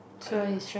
other